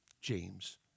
James